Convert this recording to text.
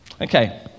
okay